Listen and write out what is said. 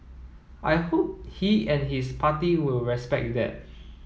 I hope he and his party will respect that